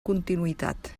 continuïtat